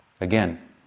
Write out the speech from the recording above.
Again